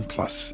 Plus